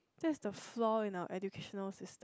that's the flaw in our educational system